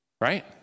Right